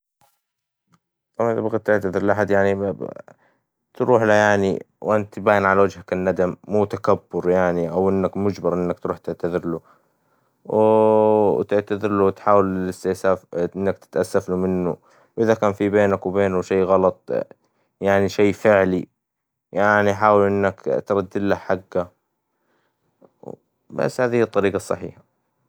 طبعاً تبغى تعتذر لأحد يعنى بتروحله يعنى وأنت باين على وجهك الندم مو تكبر يعنى ، أو إنك مجبر إنك تروح تعتزله ، وتعتزرله وتحاول الاستاساف ، إنك تتاسفله منه وإذا كان فى بينك وبينه يعنى شى فعلى يعنى حاول إنك تردله حقه ، بس هذى هى الطريقة الصحيحة.